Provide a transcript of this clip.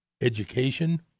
education